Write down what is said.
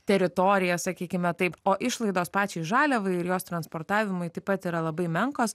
teritorija sakykime taip o išlaidos pačiai žaliavai ir jos transportavimui taip pat yra labai menkos